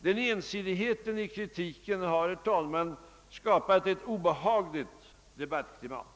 Den ensidigheten i kritiken har, herr talman, skapat ett obehagligt debattklimat.